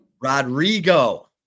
Rodrigo